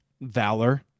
Valor